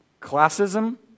classism